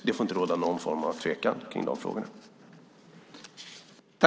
Det får inte råda någon form av tvekan kring de frågorna.